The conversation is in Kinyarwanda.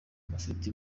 bafite